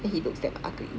and he looks damn ugly